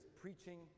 preaching